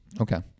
Okay